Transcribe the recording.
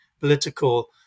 political